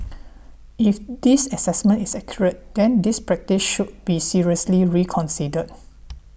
if this assessment is accurate then this practice should be seriously reconsidered